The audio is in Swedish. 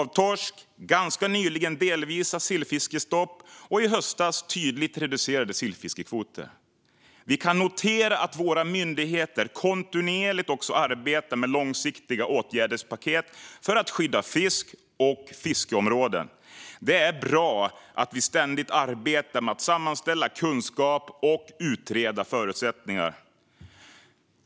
Vi har sedan ganska nyligen delvis stopp för sillfiske och sedan i höstas tydligt reducerade sillfiskekvoter. Vi kan notera att våra myndigheter också kontinuerligt arbetar med långsiktiga åtgärdspaket för att skydda fisk och fiskeområden. Det är bra att vi ständigt arbetar med att sammanställa kunskap och utreda förutsättningar.